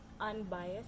unbiased